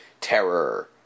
terror